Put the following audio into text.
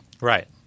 Right